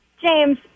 James